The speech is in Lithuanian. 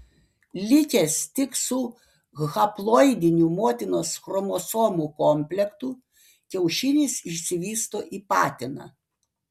likęs tik su haploidiniu motinos chromosomų komplektu kiaušinis išsivysto į patiną